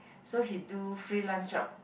so he do freelance job